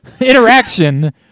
interaction